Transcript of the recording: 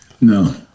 No